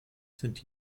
sind